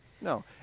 No